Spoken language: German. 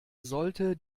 sollte